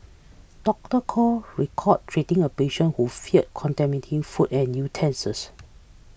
Doctor Koh recall treating a patient who feared contaminate food and utensils